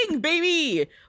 baby